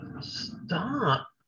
Stop